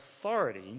authority